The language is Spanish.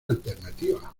alternativa